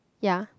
ya